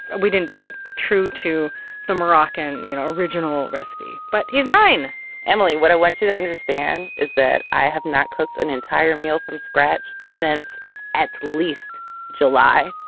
and we didn't do it. true to the moroccan you know original recipe, but he's nine point emily, what i want you to understand is that i have not cooked an entire meal from scratch since at least july